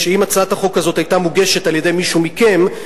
שאם הצעת החוק הזאת היתה מוגשת על-ידי מישהו מכם,